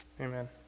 Amen